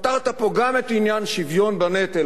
פתרת פה גם את עניין השוויון בנטל